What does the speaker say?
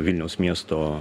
vilniaus miesto